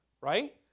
Right